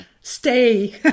stay